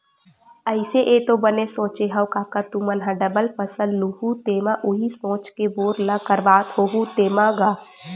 अइसे ऐ तो बने सोचे हँव कका तुमन ह डबल फसल लुहूँ तेमा उही सोच के बोर ल करवात होहू तेंमा गा?